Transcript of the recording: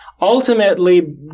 ultimately